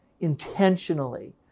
intentionally